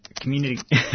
Community